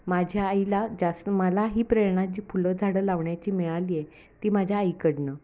माझ्या आईला जास्त मला ही प्रेरणा जी फुलं झाडं लावण्याची मिळाली आहे ती माझ्या आईकडून